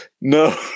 no